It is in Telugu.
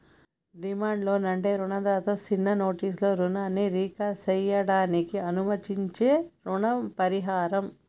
డిమాండ్ లోన్ అంటే రుణదాత సిన్న నోటీసులో రుణాన్ని రీకాల్ సేయడానికి అనుమతించించీ రుణ పరిహారం